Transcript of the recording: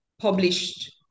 published